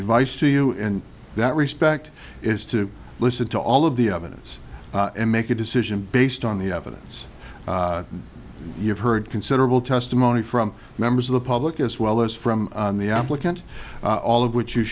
advice to you in that respect is to listen to all of the evidence and make a decision based on the evidence you've heard considerable testimony from members of the public as well as from on the applicant all of which you